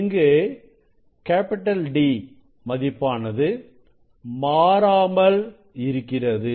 இங்கு D மதிப்பானது மாறாமல் இருக்கிறது